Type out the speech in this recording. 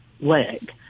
leg